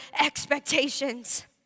expectations